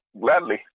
Gladly